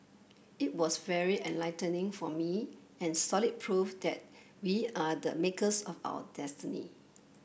it was very enlightening for me and solid proof that we are the makers of our destiny